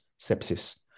sepsis